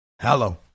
hello